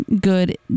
good